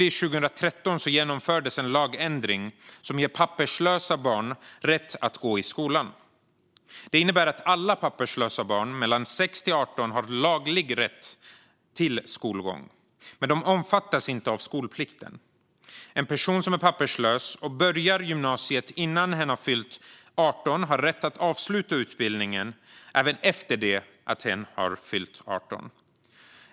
I juli 2013 genomfördes en lagändring som ger papperslösa barn rätt att gå i skolan. Det innebär att alla papperslösa barn mellan 6 och 18 års ålder har laglig rätt till skolgång, men de omfattas inte av skolplikten. En person som är papperslös och börjar gymnasiet innan hen har fyllt 18 år har rätt att avsluta utbildningen även efter det att hen har fyllt 18.